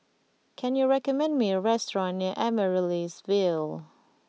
can you recommend me a restaurant near Amaryllis Ville